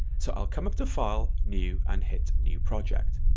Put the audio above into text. so i'll come up to file, new, and hit new project,